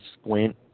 squint